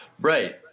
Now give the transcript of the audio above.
Right